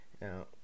now